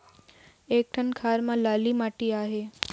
एक ठन खार म लाली माटी आहे?